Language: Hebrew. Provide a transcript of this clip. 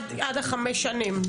עד חמש שנים.